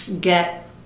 get